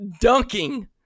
dunking